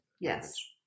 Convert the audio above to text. Yes